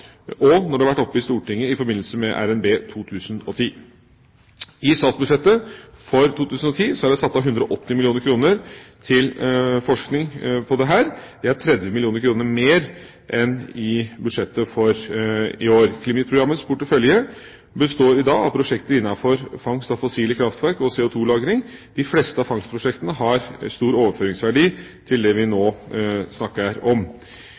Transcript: og det har vært oppe i Stortinget i forbindelse med revidert nasjonalbudsjett 2010. I statsbudsjettet for 2010 er det satt av 180 mill. kr til forskning på dette. Det er 30 mill. kr mer enn i budsjettet for i år. CLIMIT-programmets portefølje består i dag av prosjekter innenfor fangst fra fossile kraftverk og CO2-lagring. De fleste av fangstprosjektene har stor overføringsverdi til det vi nå snakker om.